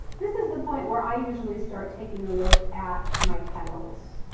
this is the point where i usually start taking a look at my titles.